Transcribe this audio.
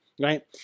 right